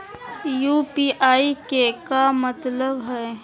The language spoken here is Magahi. यू.पी.आई के का मतलब हई?